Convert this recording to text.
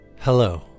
Hello